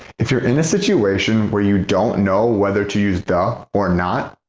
if you're in a situation where you don't know whether to use the or not,